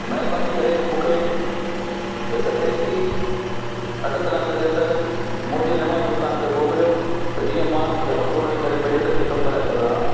महिरबानी करे मूंखे हिकु टैक्सी अधु कलाक जे अंदरि मुंहिंजे नवाज़ स्थान ते मोकिलियो त जीअं मां जबलपुर वञी करे मैडिकल चेकप कराए सघां